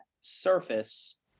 surface